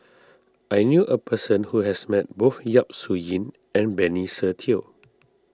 I knew a person who has met both Yap Su Yin and Benny Se Teo